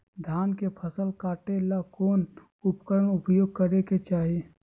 धान के फसल काटे ला कौन उपकरण उपयोग करे के चाही?